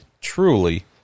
truly